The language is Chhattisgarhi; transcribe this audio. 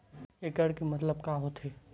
एकड़ के मतलब का होथे?